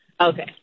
Okay